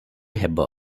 ହେବ